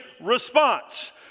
response